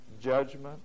judgment